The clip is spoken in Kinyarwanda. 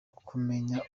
kumenya